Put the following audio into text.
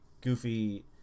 goofy